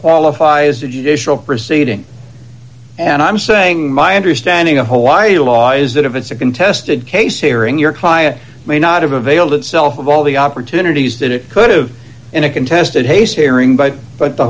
qualify as a judicial proceeding and i'm saying my understanding of hawaii law is that if it's a contested case hearing your client may not have availed itself of all the opportunities that it could have in a contested race hearing but but the